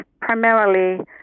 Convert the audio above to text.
primarily